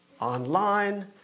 online